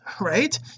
right